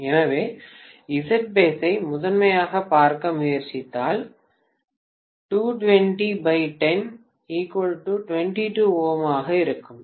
எனவே Zbase ஐ முதன்மையாகப் பார்க்க முயற்சித்தால் 22010 22ῼ இருக்கும்